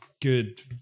good